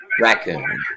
Raccoon